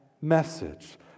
message